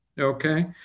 okay